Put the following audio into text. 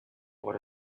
what